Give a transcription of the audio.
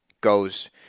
goes